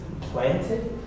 planted